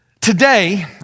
today